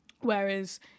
Whereas